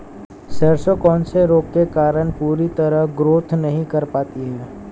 सरसों कौन से रोग के कारण पूरी तरह ग्रोथ नहीं कर पाती है?